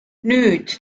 nüüd